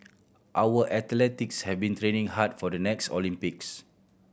our athletes have been training hard for the next Olympics